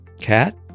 cat